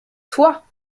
toi